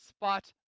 spot